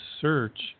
search